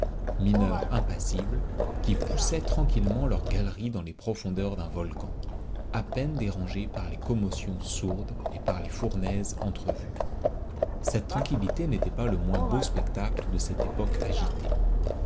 mineurs impassibles qui poussaient tranquillement leurs galeries dans les profondeurs d'un volcan à peine dérangés par les commotions sourdes et par les fournaises entrevues cette tranquillité n'était pas le moins beau spectacle de cette époque agitée